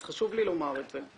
אז חשוב לי לומר את זה.